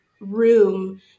room